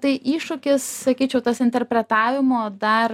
tai iššūkis sakyčiau tas interpretavimo dar